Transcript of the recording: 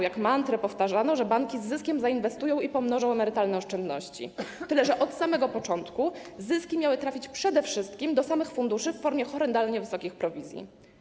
Jak mantrę powtarzano, że banki z zyskiem zainwestują i pomnożą emerytalne oszczędności, tyle że od samego początku zyski miały trafić przede wszystkim do samych funduszy w formie horrendalnie wysokich prowizji.